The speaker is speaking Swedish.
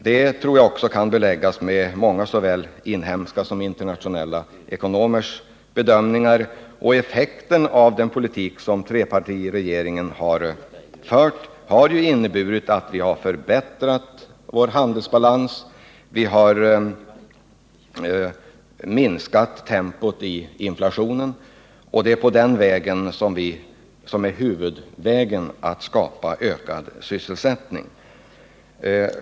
Det kan beläggas med många såväl inhemska som internationella ekonomers bedömningar. Effekten av den politik som trepartiregeringen har fört har inneburit att vi har förbättrat vår handelsbalans. Vi har minskat tempot i inflationen. Det är huvudvägen när det gäller att skapa ökad sysselsättning.